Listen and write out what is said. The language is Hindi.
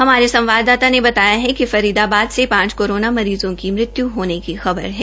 हमारे संवाददाता ने बताया कि फरीदाबाद से पांच कोरोना मरीज़ों की मृत्यु होने की खबर है